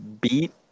beat